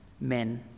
men